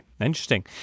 Interesting